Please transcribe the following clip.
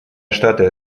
штаты